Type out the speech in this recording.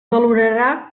valorarà